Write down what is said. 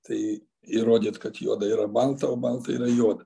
tai įrodyt kad juoda yra balta o balta yra juoda